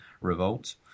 revolt